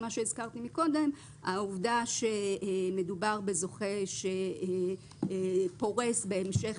ומה שהזכרתי קודם העובדה שמדובר בזוכה שפורס בהמשך